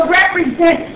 represent